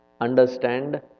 understand